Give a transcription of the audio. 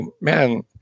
man